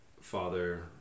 Father